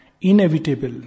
inevitable